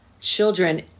children